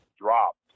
dropped